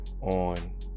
on